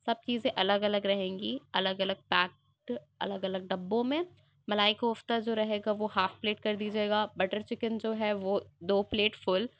سب چیزیں الگ الگ رہیں گی الگ الگ پیکڈ الگ الگ ڈبوں میں ملائی کوفتہ جو رہے گا وہ ہاف پلیٹ کر دیجیے گا بٹر چکن جو ہے وہ دو پلیٹ فل